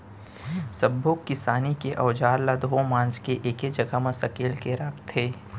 सब्बो किसानी के अउजार ल धोए मांज के एके जघा म सकेल के राखथे